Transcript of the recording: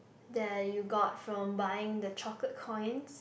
that you got from buying the chocolate coins